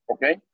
Okay